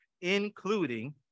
including